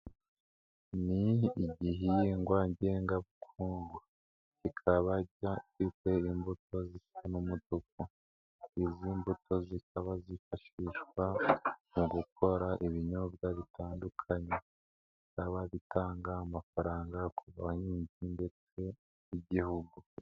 Ni igihingwa ngenga bukungu kikaba gifite imbuto zisa n'umutuku, izi mbuto zikaba zifashishwa mu gukora ibinyobwa bitandukanye, bikaba bitanga amafaranga ku bahinzi ndetse n'igihugu.